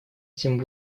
этим